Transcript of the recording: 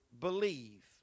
believe